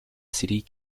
city